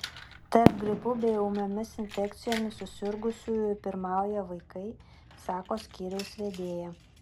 tarp gripu bei ūmiomis infekcijomis susirgusiųjų pirmauja vaikai sako skyriaus vedėja